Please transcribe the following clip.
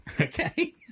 Okay